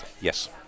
Yes